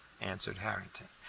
answered harrington.